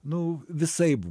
nu visaip